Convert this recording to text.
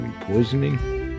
poisoning